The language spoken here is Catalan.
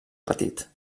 petit